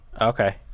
Okay